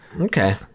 okay